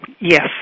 yes